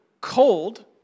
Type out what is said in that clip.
cold